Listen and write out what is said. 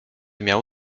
miał